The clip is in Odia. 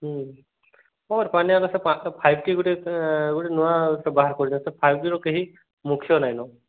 ହୁଁ କ'ଣ ପାଣ୍ଡିୟାନ୍ର ସେ ପାଞ୍ଚଟା ଫାଇଭ୍ ଟି ଗୋଟେ ଗୋଟେ ନୂଆ ବାହାର କରିଚ ଫାଇଭ୍ ଟିର କେହି ମୁଖ୍ୟ ନାଇ ନୋ